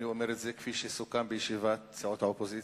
אני אומר את זה כפי שסוכם בישיבת סיעות האופוזיציה,